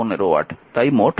তাই মোট 40 ওয়াট